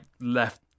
left